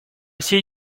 сей